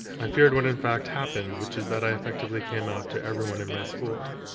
i feared what in fact happened, which is that i effectively came out to everyone in my school,